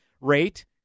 rate